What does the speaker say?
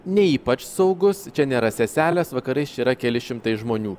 ne ypač saugus čia nėra seselės vakarais čia yra keli šimtai žmonių